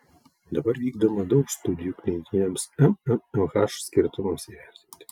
dabar vykdoma daug studijų klinikiniams mmmh skirtumams įvertinti